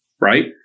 Right